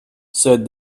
said